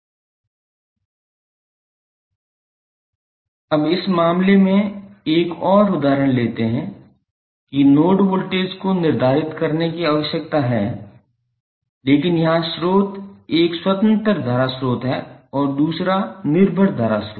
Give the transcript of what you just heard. अब इस मामले में एक और उदाहरण लेते हैं कि नोड वोल्टेज को निर्धारित करने की आवश्यकता है लेकिन यहां स्रोत एक स्वतंत्र धारा स्रोत है और दूसरा निर्भर धारा स्रोत है